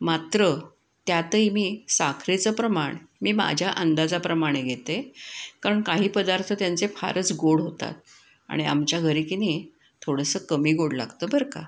मात्र त्यातही मी साखरेचं प्रमाण मी माझ्या अंदाजाप्रमाणे घेते कारण काही पदार्थ त्यांचे फारच गोड होतात आणि आमच्या घरी की नाही थोडंसं कमी गोड लागतं बरं का